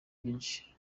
byinshi